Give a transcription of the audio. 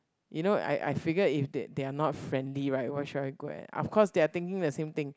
you know I I figured if they they are not friendly right why should I go and of course they are thinking the same thing